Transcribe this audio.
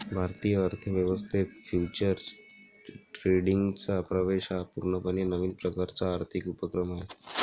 भारतीय अर्थ व्यवस्थेत फ्युचर्स ट्रेडिंगचा प्रवेश हा पूर्णपणे नवीन प्रकारचा आर्थिक उपक्रम आहे